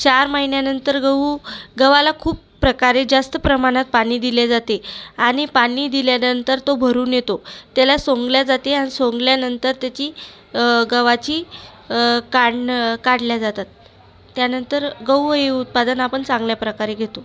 चार महिन्यानंतर गहू गव्हाला खूप प्रकारे जास्त प्रमाणात पाणी दिले जाते आणि पाणी दिल्यानंतर तो भरून येतो त्याला सोंगल्या जाते आणि सोंगल्यानंतर त्याची गव्हाची काढणं काढल्या जातात त्यानंतर गहू हे उत्पादन आपण चांगल्या प्रकारे घेतो